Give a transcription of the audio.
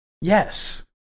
Yes